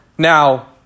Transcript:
Now